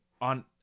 on